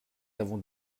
avons